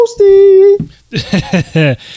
Toasty